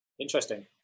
Interesting